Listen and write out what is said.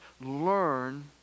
Learn